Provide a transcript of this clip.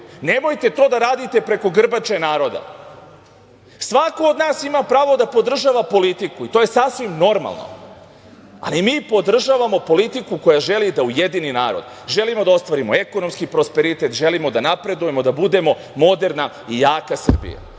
Nemojte to da radite preko grbače naroda. Svako od nas ima pravo da podržava politiku i to je sasvim normalno, ali mi podržavamo politiku koja želi da ujedini narod. Želimo da ostvarimo ekonomski prosperitet, želimo da napredujemo, da budemo moderna i jaka Srbija. Ono